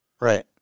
Right